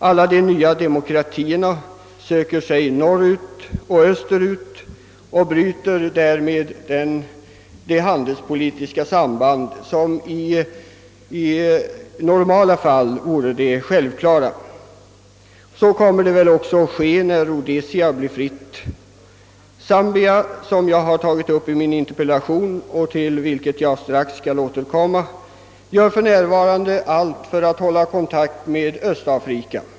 Alla de nya demokratierna söker sig norr ut och öster ut och bryter därmed det handlingspolitiska samband som i normala fall vore det självklara. Så kommer väl också att ske med Rhodesia när detta land blir fritt. Zambia, som jag tagit upp i min interpellation och som jag strax skall återkomma till, gör för närvarande allt för att hålla kontakt med Östafrika.